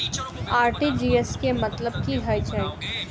RTGS केँ मतलब की हएत छै?